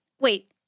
Wait